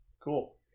Cool